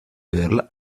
girl